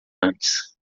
antes